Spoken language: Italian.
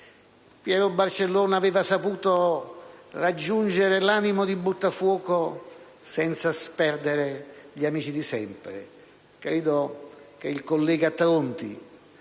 Pietro Barcellona aveva saputo raggiungere l'animo di Buttafuoco senza sperdere gli amici di sempre. Credo che il collega Tronti